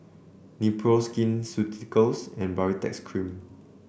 Nepro Skin Ceuticals and Baritex Cream